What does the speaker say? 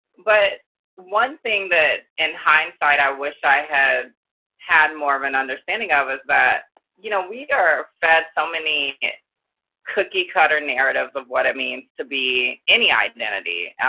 but one thing that, in hindsight, i wish i had had more of an understanding of is that you know we are fed so many cookiecutter narratives of what it means to be any identity,